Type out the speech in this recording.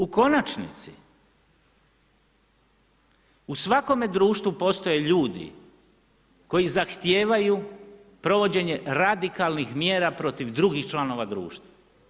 U konačnici u svakome društvu postoje ljudi koji zahtijevaju provođenje radikalnih mjera protiv drugih članova društva.